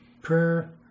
prayer